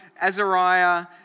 Azariah